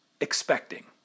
expecting